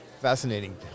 fascinating